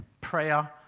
Prayer